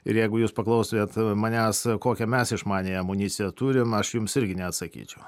ir jeigu jūs paklaustumėt manęs kokią mes išmaniąją amuniciją turim aš jums irgi neatsakyčiau